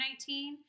2019